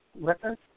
record